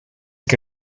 que